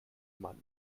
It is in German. man